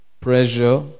pressure